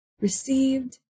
received